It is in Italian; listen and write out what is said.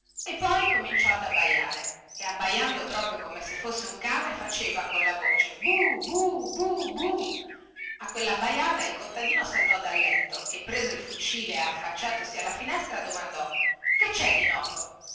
e poi cominciò ad abbaiare e abbaiando proprio come se fosse un cane di guardia faceva colla voce bu bubu bu a quellabbaiata il contadino saltò dal letto e preso il fucile e affacciatosi alla finestra domandò che cè di nuovo